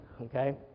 okay